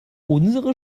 unsere